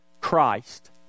Christ